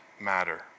matter